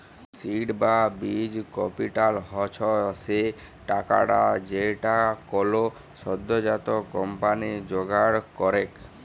seed বা বীজ capital হচ্ছ সে টাকাটা যেইটা কোলো সদ্যজাত কম্পানি জোগাড় করেক